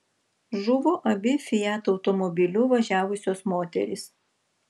žuvo abi fiat automobiliu važiavusios moterys